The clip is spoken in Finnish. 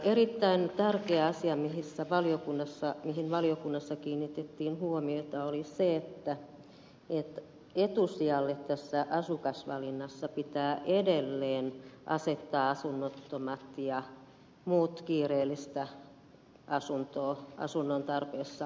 erittäin tärkeä asia mihin valiokunnassa kiinnitettiin huomiota oli se että etusijalle asukasvalinnassa pitää edelleen asettaa asunnottomat ja muut kiireellisessä asunnontarpeessa olevat